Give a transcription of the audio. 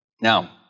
Now